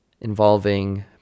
involving